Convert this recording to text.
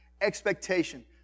expectation